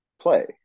play